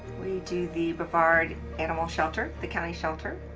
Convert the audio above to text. we do the brevard animal shelter, the county shelter.